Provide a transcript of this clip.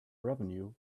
revenue